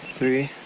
three,